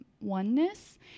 oneness